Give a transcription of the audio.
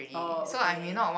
oh okay